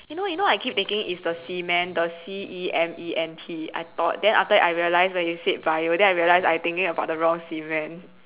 you know you know I keep thinking it's the cement the C E M E N T I thought then after that I realized when you said bio then I realized I thinking about the wrong cement